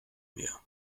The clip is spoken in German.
mehr